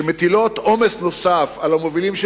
שמטילות עומס נוסף על המובילים,